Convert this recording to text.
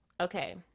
Okay